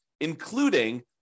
including